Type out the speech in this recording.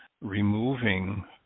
removing